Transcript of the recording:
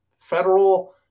federal